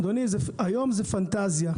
אדוני, היום זאת פנטזיה.